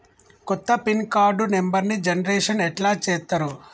కొత్త pin card నెంబర్ని generation ఎట్లా చేత్తరు?